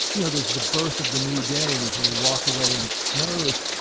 you know, there's the birth of the new day. and as they walk away and it snows,